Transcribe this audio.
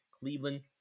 cleveland